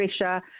pressure